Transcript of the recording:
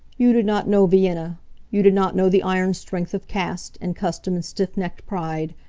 you do not know vienna you do not know the iron strength of caste, and custom and stiff-necked pride.